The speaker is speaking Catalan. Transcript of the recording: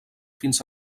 fins